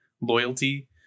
loyalty